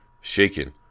shaken